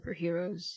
superheroes